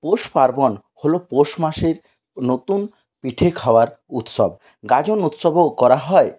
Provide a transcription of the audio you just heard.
পৌষ পার্বণ হল পৌষ মাসের নতুন পিঠে খাওয়ার উৎসব গাজন উৎসবও করা হয়